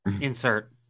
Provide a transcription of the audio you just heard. insert